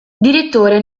direttore